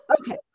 Okay